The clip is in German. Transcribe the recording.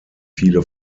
viele